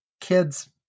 kids